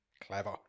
Clever